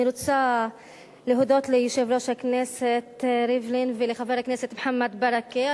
אני רוצה להודות ליושב-ראש הכנסת ריבלין ולחבר הכנסת מוחמד ברכה.